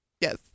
Yes